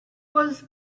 was